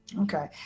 Okay